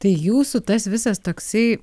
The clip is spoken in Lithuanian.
tai jūsų tas visas toksai